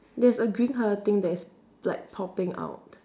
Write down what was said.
there's a green colour thing that is like popping out